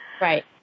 Right